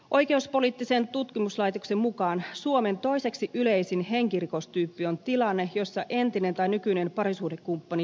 oikeuspoliittisen tutkimuslaitoksen mukaan suomen toiseksi yleisin henkirikostyyppi on tilanne jossa entinen tai nykyinen parisuhdekumppani surmaa naisen